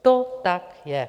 To tak je.